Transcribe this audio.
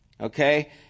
Okay